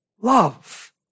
love